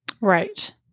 Right